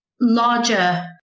larger